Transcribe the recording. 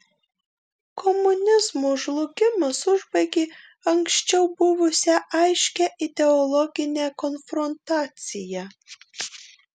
komunizmo žlugimas užbaigė anksčiau buvusią aiškią ideologinę konfrontaciją